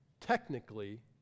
technically